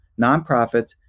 nonprofits